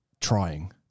trying